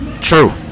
True